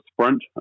sprint